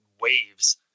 waves